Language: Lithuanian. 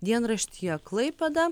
dienraštyje klaipėda